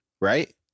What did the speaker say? right